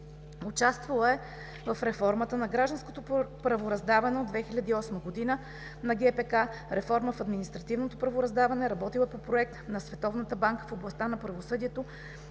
Участвала е в реформата на гражданското правораздаване от 2008 г. на ГПК, реформа в административното правораздаване, работила е по Проект на Световната банка в областта на правосъдието,